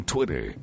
Twitter